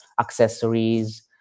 accessories